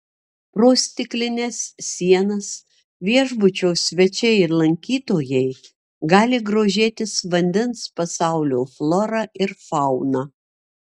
pro stiklines sienas viešbučio svečiai ir lankytojai gali grožėtis vandens pasaulio flora ir fauna